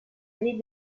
llit